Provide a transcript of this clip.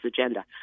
agenda